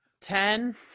ten